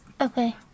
okay